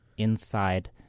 inside